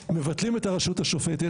מבטלים את הרשות השופטת,